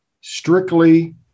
strictly